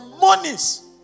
monies